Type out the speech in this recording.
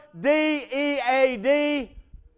D-E-A-D